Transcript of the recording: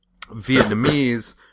Vietnamese